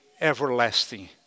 everlasting